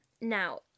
Now